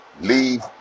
leave